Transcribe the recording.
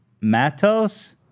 Matos